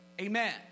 Amen